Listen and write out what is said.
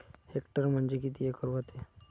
Hectare म्हणजे किती acre व्हते?